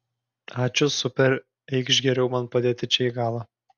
ačiū super eikš geriau man padėti čia į galą